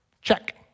Check